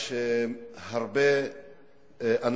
חברי חברי הכנסת,